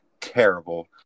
Terrible